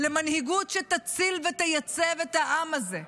-- למנהיגות שתציל ותייצב את העם הזה.